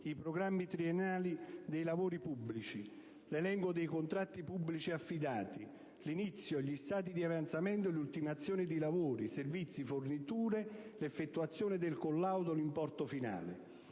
i programmi triennali dei lavori pubblici, l'elenco dei contratti pubblici affidati, l'inizio, gli stati di avanzamento e l'ultimazione di lavori, servizi, forniture, l'effettuazione del collaudo, l'importo finale.